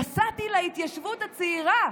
נסעתי להתיישבות הצעירה,